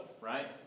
Right